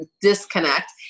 disconnect